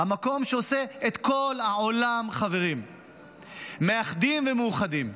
המקום שעושה את כל העולם חברים מאחדים ומאוחדים.